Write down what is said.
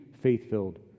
faith-filled